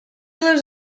lives